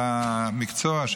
של המקצוע,